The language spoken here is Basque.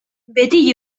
beti